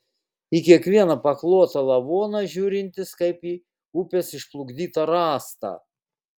į kiekvieną paklotą lavoną žiūrintis kaip į upės išplukdytą rąstą